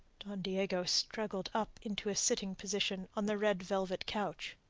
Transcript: don diego struggled up into a sitting position on the red velvet couch.